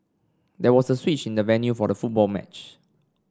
there was a switch in the venue for the football match